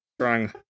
strong